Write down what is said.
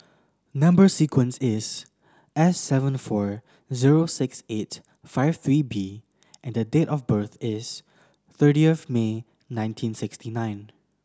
number sequence is S seven four zero six eight five three B and date of birth is thirtieth May nineteen sixty nine